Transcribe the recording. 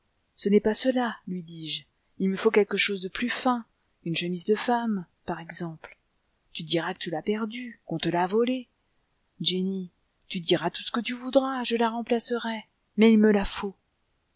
ce n'est pas cela lui dis-je il me faut quelque chose de plus fin une chemise de femme par exemple tu diras que tu l'as perdue qu'on te l'a volée jenny tu diras tout ce que tu voudras je la remplacerai mais il me la faut